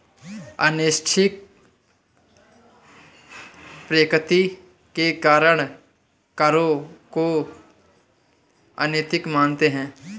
अनैच्छिक प्रकृति के कारण करों को अनैतिक मानते हैं